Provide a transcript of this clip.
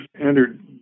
entered